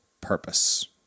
purpose